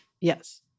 Yes